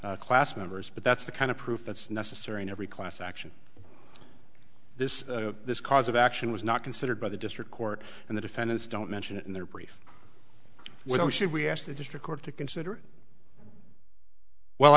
class members but that's the kind of proof that's necessary in every class action this this cause of action was not considered by the district court and the defendants don't mention it in their brief well we should we ask the district court to consider it well